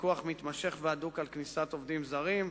פיקוח מתמשך והדוק על כניסת עובדים זרים,